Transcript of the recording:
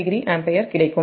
5o ampere கிடைக்கும்